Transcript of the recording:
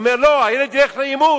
אומר: לא, הילד ילך לאימוץ.